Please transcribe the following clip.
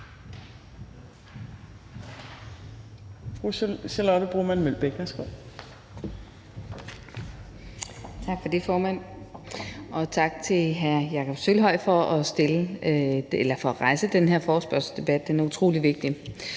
Tak for det, formand. Og tak til hr. Jakob Sølvhøj for at rejse den her forespørgselsdebat. Den er utrolig vigtig,